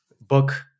book